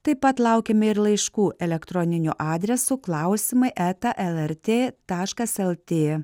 taip pat laukiame ir laiškų elektroniniu adresu klausimai eta elertė taškas lt